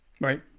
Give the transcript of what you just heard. Right